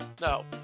no